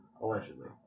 Allegedly